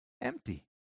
empty